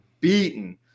beaten